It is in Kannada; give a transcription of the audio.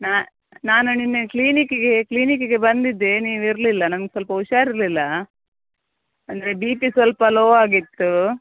ನಾ ನಾನು ನಿನ್ನೆ ಕ್ಲಿನಿಕ್ಕಿಗೆ ಕ್ಲಿನಿಕ್ಕಿಗೆ ಬಂದಿದ್ದೆ ನೀವು ಇರಲಿಲ್ಲ ನಂಗೆ ಸ್ವಲ್ಪ ಹುಶಾರಿರ್ಲಿಲ್ಲ ಅಂದರೆ ಬಿ ಪಿ ಸ್ವಲ್ಪ ಲೊ ಆಗಿತ್ತು